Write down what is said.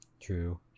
True